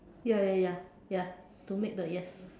ya ya ya ya to make the yes